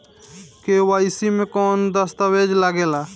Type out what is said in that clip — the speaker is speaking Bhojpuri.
के.वाइ.सी मे कौन दश्तावेज लागेला?